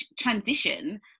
transition